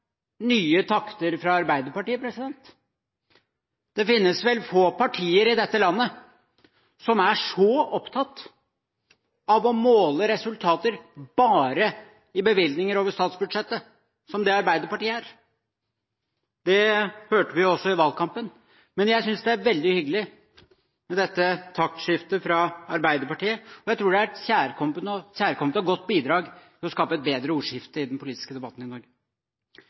nye takter fra Arbeiderpartiet. Det finnes vel få partier i dette landet som er så opptatt av å måle resultater bare i bevilgninger over statsbudsjettet som det Arbeiderpartiet er – det hørte vi også i valgkampen. Men jeg synes det er veldig hyggelig med dette taktskiftet fra Arbeiderpartiet, og jeg tror det er et kjærkomment og godt bidrag for å skape et bedre ordskifte i den politiske debatten i Norge.